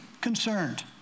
concerned